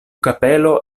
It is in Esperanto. kapelo